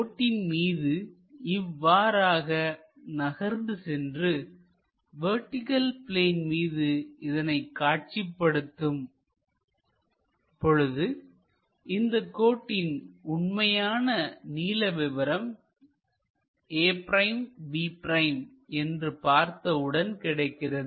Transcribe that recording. கோட்டின் மீது இவ்வாறாக நகர்ந்து சென்றுவெர்டிகள் பிளேன் மீது இதனை காட்சிப்படுத்தும் பொழுது இதில் கோட்டின் உண்மையான நீள விவரம் a'b' என்று பார்த்தவுடன் கிடைக்கிறது